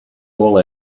all